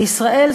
בישראל,